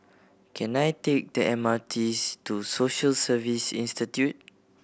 can I take the M R Ts to Social Service Institute